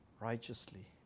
righteously